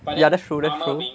ya that's true that's true